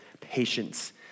patience